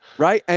right. and